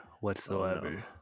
whatsoever